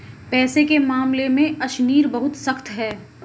पैसे के मामले में अशनीर बहुत सख्त है